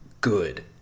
good